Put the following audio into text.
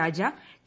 Raja T